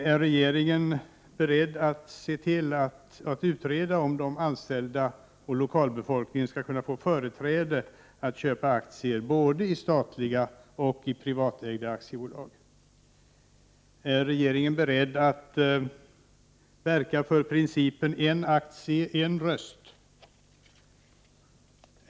Är regeringen beredd att se till att utreda om de anställda och lokalbefolkningen skall kunna få företräde att köpa aktier både i statliga och i privatägda aktiebolag? Är regeringen beredd att verka för principen en aktie — en röst?